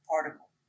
particle